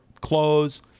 clothes